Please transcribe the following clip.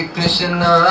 Krishna